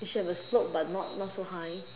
you should have a slope but not not so high